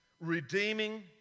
redeeming